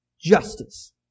justice